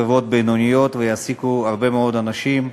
חברות בינוניות, ויעסיקו הרבה מאוד אנשים.